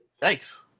Thanks